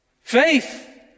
faith